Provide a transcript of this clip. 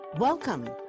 Welcome